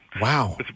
Wow